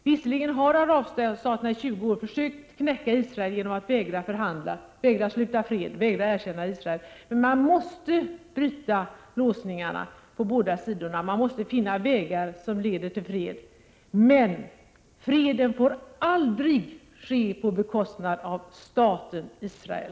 Visserligen har arabstaterna under 20 år försökt knäcka Israel genom att vägra att förhandla, genom att vägra sluta fred och genom att vägra erkänna Israel. Men man måste bryta låsningarna på båda sidorna. Man måste finna vägar som leder till fred. Men freden får aldrig åstadkommas på bekostnad av staten Israel.